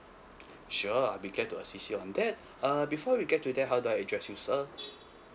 sure I'll be glad to assist you on that err before we get to that how do I address you sir